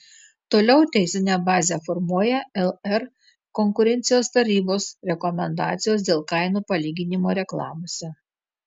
toliau teisinę bazę formuoja lr konkurencijos tarybos rekomendacijos dėl kainų palyginimo reklamose